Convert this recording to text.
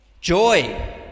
Joy